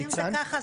אם זה ככה,